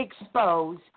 expose